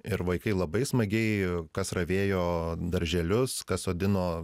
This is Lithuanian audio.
ir vaikai labai smagiai kas ravėjo darželius kas sodino